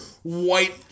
White